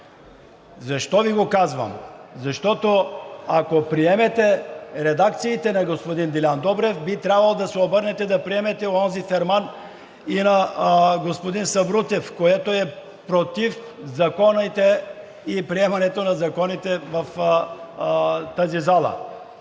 Защо Ви го казвам? Защото, ако приемете редакциите на господин Делян Добрев, би трябвало да приемете и онзи ферман на господин Сабрутев, което е против законите, приемането на законите в тази зала.